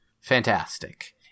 fantastic